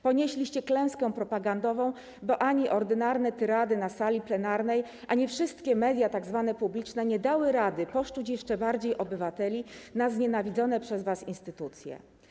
Ponieśliście klęskę propagandową, bo ani ordynarne tyrady na sali plenarnej, ani wszystkie media tzw. publiczne nie dały rady poszczuć jeszcze bardziej obywateli na znienawidzone przez was instytucje.